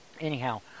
anyhow